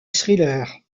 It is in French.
thriller